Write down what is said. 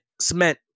cement